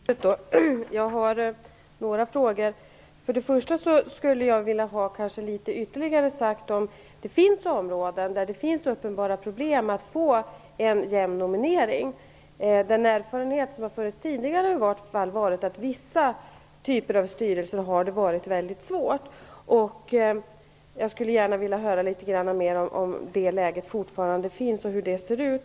Herr talman! Jag har några frågor. För det första skulle jag vilja ha något ytterligare sagt om de områden där det finns uppenbara problem att få en jämn nominering. Den erfarenhet som i vart fall har funnits tidigare har varit att i vissa typer av styrelser har det varit väldigt svårt. Jag skulle gärna vilja höra om det läget fortfarande råder och om hur det ser ut.